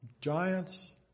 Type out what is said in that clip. giants